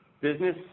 Business